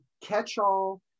catch-all